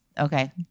Okay